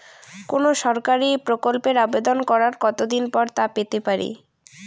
কোনো সরকারি প্রকল্পের আবেদন করার কত দিন পর তা পেতে পারি?